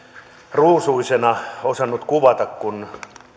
ruusuisena osannut kuvata kun